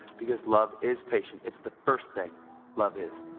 because love is patient it's the first thing love is.